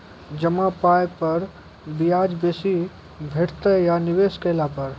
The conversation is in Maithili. जमा पाय पर ब्याज बेसी भेटतै या निवेश केला पर?